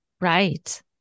Right